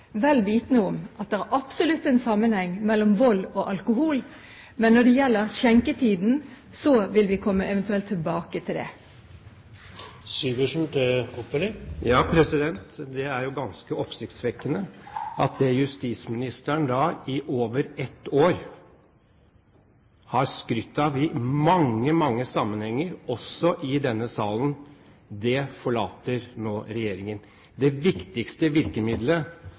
vel vitende om at det er absolutt en sammenheng mellom vold og alkohol. Men når det gjelder skjenketiden, vil vi eventuelt komme tilbake til det. Det er ganske oppsiktsvekkende at det justisministeren da i over ett år har skrytt av i mange, mange sammenhenger, også i denne salen, nå forlater regjeringen – det viktigste virkemiddelet